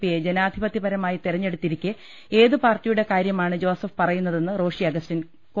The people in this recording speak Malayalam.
പിയെ ജനാധിപത്യപരമായി തെരഞ്ഞെ ടുത്തിരിക്കെ ഏത് പാർട്ടിയുടെ കാര്യമാണ് ജോസഫ് പറ യുന്നതെന്ന് റോഷി അഗസ്റ്റിൻ കോട്ടയത്ത് ചോദിച്ചു